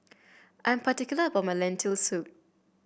I am particular about my Lentil Soup